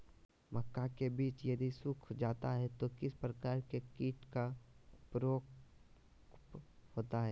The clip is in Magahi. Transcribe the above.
मक्का के बिज यदि सुख जाता है तो किस प्रकार के कीट का प्रकोप होता है?